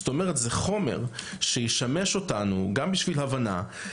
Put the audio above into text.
זאת אומרת, זה חומר שישמש אותנו גם בשביל הבנה.